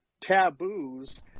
taboos